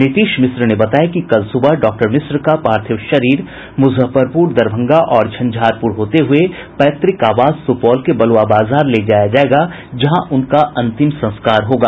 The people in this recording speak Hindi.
नीतीश मिश्र ने बताया कि कल सुबह डॉक्टर मिश्र का पार्थिव शरीर मुजफ्फरपुर दरभंगा और झंझारपुर होते हुए पैतृक आवास सुपौल के बलुआ बाजार ले जाया जायेगा जहां उनका अंतिम संस्कार होगा